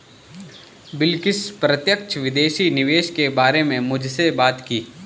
बिलकिश प्रत्यक्ष विदेशी निवेश के बारे में मुझसे बात की